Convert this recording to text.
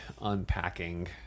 unpacking